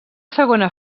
segona